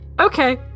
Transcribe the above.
Okay